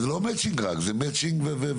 זה לא רק מצ'ינג, זה מצ'ינג והשיטה.